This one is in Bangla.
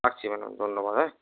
রাখছি ম্যাডাম ধন্যবাদ হ্যাঁ